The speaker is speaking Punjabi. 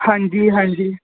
ਹਾਂਜੀ ਹਾਂਜੀ